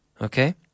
Okay